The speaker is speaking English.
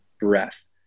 breath